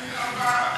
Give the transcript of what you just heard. מי שבעד,